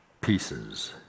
pieces